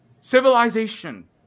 civilization